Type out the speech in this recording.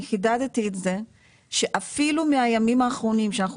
אני חידדתי את זה שאפילו מהימים האחרונים שאנחנו